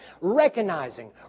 recognizing